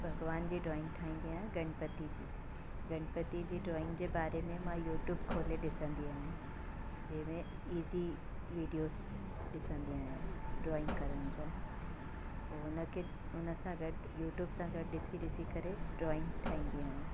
भॻवान जी ड्रॉइंग ठाहींदी आहियां गनपती जी गनपती जी ड्रॉइंग जे बारे में मां यूट्यूब खोले ॾिसंदी आहियां जंहिंमें ईज़ी वीडियोज़ ॾिसंदी आहियां ड्रॉइंग करण जा पोइ उन खे उन सां गॾु यूट्यूब सां गॾु ॾिसी ॾिसी करे ड्रॉइंग ठाहींदी आहियां